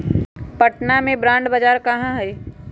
पटनवा में बॉण्ड बाजार कहाँ हई?